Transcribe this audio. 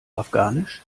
afghanisch